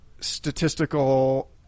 statistical